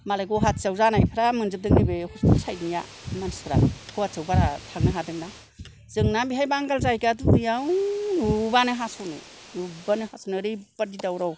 मालाय गहाथियाव जानायफ्रा मोनजोबदों नैबे हस्तेल साइथनिया मानसिफ्रा गहाथियाव बारा थांनो हादोंना जोंनानो बेहायनो बांगाल जायगा दुब्रियाव नुबानो हास'नो नुबानो हास'नो ओरै बादि दावराव